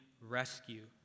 rescue